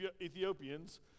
Ethiopians